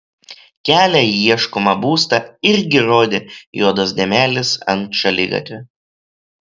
kelią į ieškomą būstą irgi rodė juodos dėmelės ant šaligatvio